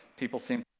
people seem,